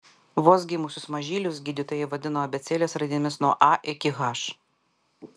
vos gimusius mažylius gydytojai vadino abėcėlės raidėmis nuo a iki h